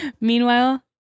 Meanwhile